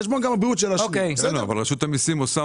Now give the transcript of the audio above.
אני מסכים